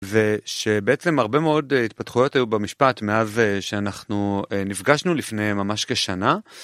ושבעצם הרבה מאוד התפתחויות היו במשפט מאז שאנחנו נפגשנו לפני ממש כשנה.